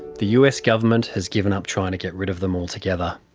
the us government has given up trying to get rid of them altogether.